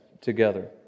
together